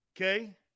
Okay